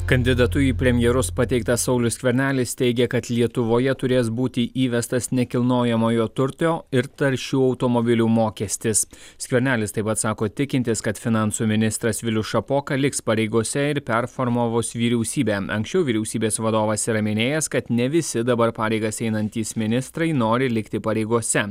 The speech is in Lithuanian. kandidatu į premjerus pateiktas saulius skvernelis teigė kad lietuvoje turės būti įvestas nekilnojamojo turtio ir taršių automobilių mokestis skvernelis taip pat sako tikintis kad finansų ministras vilius šapoka liks pareigose ir performavus vyriausybę anksčiau vyriausybės vadovas yra minėjęs kad ne visi dabar pareigas einantys ministrai nori likti pareigose